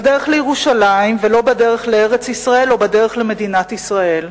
בדרך לירושלים ולא בדרך לארץ-ישראל או בדרך למדינת ישראל,